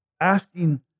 asking